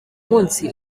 munsi